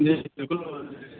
جی بالکل